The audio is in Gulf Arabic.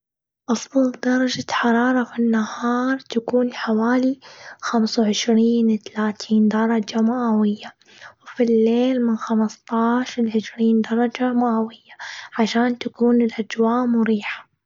أفضل درجة حرارة، في النهار تكون حوالي خمس وعشرين تلاتين درجة مئوية. وفي الليل من خمستاش ل عشرين درجة مئوية، عشان تكون الأجواء مريحة.